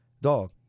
dog